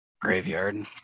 Graveyard